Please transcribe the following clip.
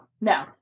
No